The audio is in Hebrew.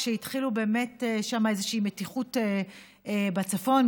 כשהתחילה שם איזו מתיחות בצפון,